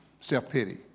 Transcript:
self-pity